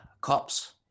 cops